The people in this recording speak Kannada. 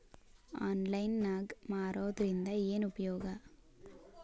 ಆನ್ಲೈನ್ ನಾಗ್ ಮಾರೋದ್ರಿಂದ ಏನು ಉಪಯೋಗ?